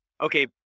okay